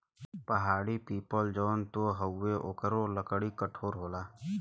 पहाड़ी पीपल जौन होत हउवे ओकरो लकड़ी कठोर होला